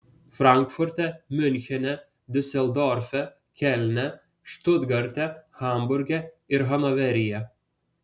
frankfurte miunchene diuseldorfe kelne štutgarte hamburge ir hanoveryje